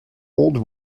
old